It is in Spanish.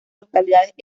localidades